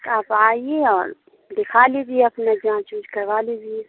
آپ آئیے اور دکھا لیجیے اپنا جانچ وانچ کروا لیجیے